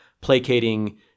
placating